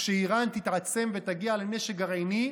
כשאיראן תתעצם ותגיע לנשק גרעיני.